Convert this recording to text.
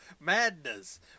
Madness